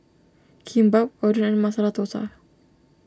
Kimbap Oden and Masala Dosa